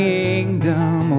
Kingdom